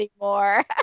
anymore